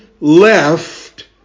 left